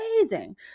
amazing